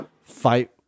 fight